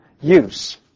use